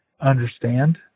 understand